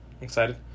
excited